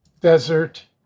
desert